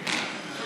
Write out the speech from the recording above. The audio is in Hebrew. כן?